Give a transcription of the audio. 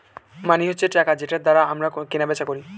মানি হচ্ছে টাকা যেটার দ্বারা আমরা কেনা বেচা করি